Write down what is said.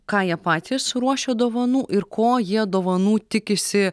ką jie patys ruošia dovanų ir ko jie dovanų tikisi